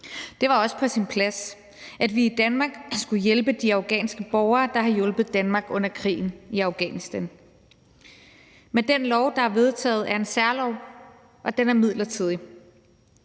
Det var også på sin plads, at vi i Danmark skulle hjælpe de afghanske borgere, der har hjulpet Danmark under krigen i Afghanistan. Men den lov, der er vedtaget, er en særlov, og den er midlertidig.